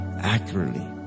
accurately